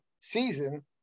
season